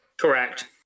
Correct